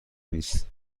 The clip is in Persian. نیست